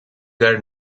their